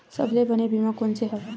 सबले बने बीमा कोन से हवय?